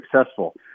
successful